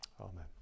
Amen